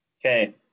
Okay